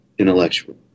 Intellectual